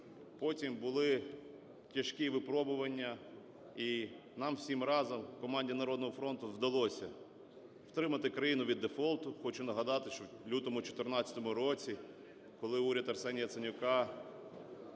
Потім були тяжкі випробування і нам всім разом, команді "Народного фронту", вдалося втримати країну від дефолту. Хочу нагадати, що у лютому 14-го року, коли уряд Арсенія Яценюка